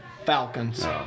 Falcons